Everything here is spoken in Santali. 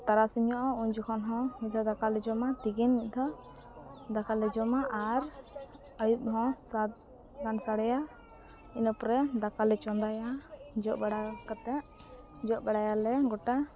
ᱛᱟᱨᱟᱥᱤᱧᱚᱜᱼᱟ ᱩᱱ ᱡᱚᱠᱷᱚᱱ ᱦᱚᱸ ᱢᱤᱫᱷᱟᱣ ᱫᱟᱠᱟᱞᱮ ᱡᱚᱢᱟ ᱛᱤᱠᱤᱱ ᱢᱤᱫ ᱫᱷᱟᱣ ᱫᱟᱠᱟᱞᱮ ᱡᱚᱢᱟ ᱟᱨ ᱟᱹᱭᱩᱵᱦᱚᱸ ᱥᱟᱛᱜᱟᱱ ᱥᱟᱰᱮᱭᱟ ᱤᱱᱟᱹ ᱯᱚᱨᱮ ᱫᱟᱠᱟᱞᱮ ᱪᱚᱸᱫᱟᱭᱟ ᱡᱚᱜᱵᱟᱲᱟ ᱠᱟᱛᱮᱫ ᱡᱚᱜ ᱵᱟᱲᱟᱭᱟᱞᱮ ᱜᱳᱴᱟ